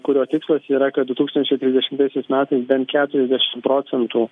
kurio tikslas yra kad du tūkstančiai trisdešimtaisiais metais bent keturiasdešim procentų